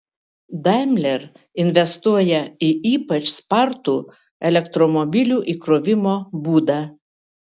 daimler investuoja į ypač spartų elektromobilių įkrovimo būdą